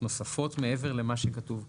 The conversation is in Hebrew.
נוספות מעבר למה שכתוב כאן?